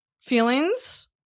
feelings